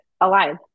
alive